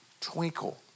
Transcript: twinkle